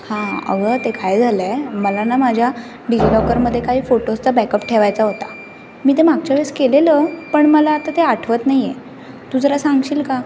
हां अगं ते काय झालं आहे मला ना माझ्या डिजीलॉकरमध्ये काही फोटोजचा बॅकअप ठेवायचा होता मी ते मागच्या वेळेस केलेलं पण मला आता ते आठवत नाही आहे तू जरा सांगशील का